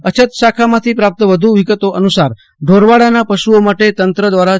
અછત શાખામાંથી પ્રાપ્તી વધુ વિગતો અનુસાર ઢોરવાડાના પશુઓ માટે તંત્ર દ્વારા રૂ